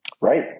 Right